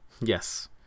yes